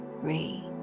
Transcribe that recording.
three